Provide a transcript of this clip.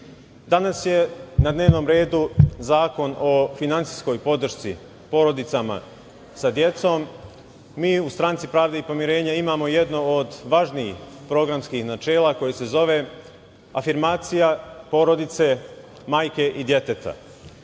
je na dnevnom redu zakon o finansijskoj podršci porodicama sa decom. Mi u Stranci pravde i pomirenja imamo jednu od važnijih programskih načela koja se zove – Afirmacija porodice, majke i